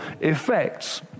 effects